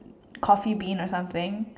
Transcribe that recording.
coffee bean or something